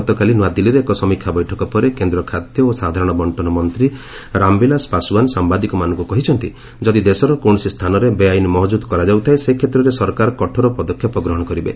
ଗତକାଲି ନ୍ତଆଦିଲ୍ଲୀରେ ଏକ ସମୀକ୍ଷା ବୈଠକ ପରେ କେନ୍ଦ୍ର ଖାଦ୍ୟ ଓ ସାଧାରଣ ବଣ୍ଟନ ମନ୍ତ୍ରୀ ରାମବିଳାଶ ପାଶଓ୍ୱାନ ସାମ୍ଭାଦିକମାନଙ୍କୁ କହିଛନ୍ତି ଯଦି ଦେଶର କୌଣସି ସ୍ଥାନରେ ବେଆଇନ୍ ମହଜୁଦ୍ କରାଯାଉଥାଏ ସେ କ୍ଷେତ୍ରରେ ସରକାର କଠୋର ପଦକ୍ଷେପ ଗ୍ରହଣ କରିବେ